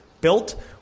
built